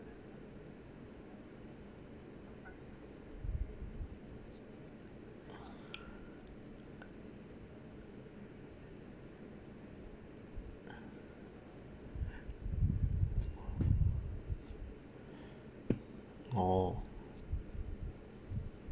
orh